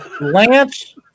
Lance